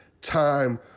time